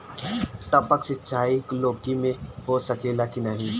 टपक सिंचाई लौकी में हो सकेला की नाही?